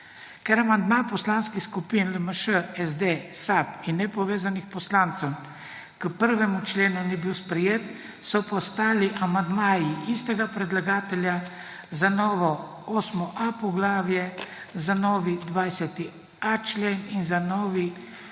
Ker amandma poslanskih skupin LMŠ, SD, SAB in nepovezanih poslancev k 1. členu ni bil sprejet, so postali amandmaji istega predlagatelja za novo 8.a poglavje za novi 20.a člen in za novi